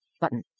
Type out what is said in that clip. Button